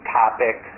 topic